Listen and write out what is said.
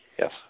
Yes